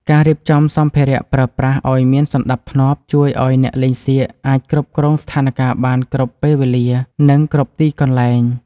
ការរៀបចំសម្ភារៈប្រើប្រាស់ឱ្យមានសណ្តាប់ធ្នាប់ជួយឱ្យអ្នកលេងសៀកអាចគ្រប់គ្រងស្ថានការណ៍បានគ្រប់ពេលវេលា និង គ្រប់ទីកន្លែង។